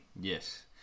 Yes